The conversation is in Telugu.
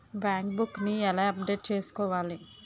బ్యాంక్ బుక్ నీ ఎలా అప్డేట్ చేసుకోవాలి?